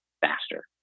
faster